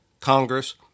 Congress